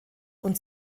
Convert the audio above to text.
und